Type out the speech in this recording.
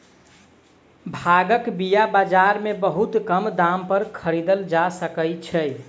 भांगक बीया बाजार में बहुत कम दाम पर खरीदल जा सकै छै